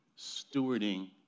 stewarding